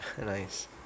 Nice